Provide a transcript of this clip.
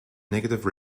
negative